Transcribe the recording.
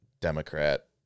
democrat